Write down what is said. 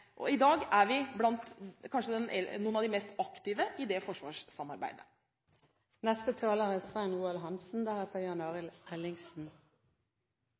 og i dag er vi blant de mest aktive i det